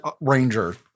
ranger